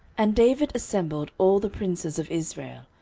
and david assembled all the princes of israel,